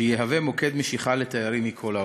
שיהווה מוקד משיכה לתיירים מכל העולם.